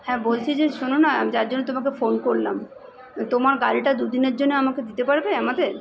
হ্যাঁ বলছি যে শোনো না যার জন্য তোমাকে ফোন করলাম তোমার গাড়িটা দু দিনের জন্য আমাকে দিতে পারবে আমাদের